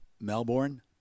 Melbourne